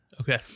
Okay